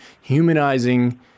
humanizing